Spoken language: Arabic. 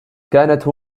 كانت